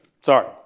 Sorry